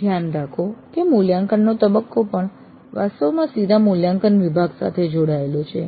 ધ્યાન રાખો કે મૂલ્યાંકનનો તબક્કો પણ વાસ્તવમાં સીધા મૂલ્યાંકન વિભાગ સાથે જોડાયેલો છે